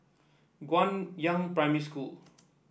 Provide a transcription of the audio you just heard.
Guangyang Primary School